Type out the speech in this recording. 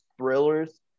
thrillers